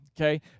Okay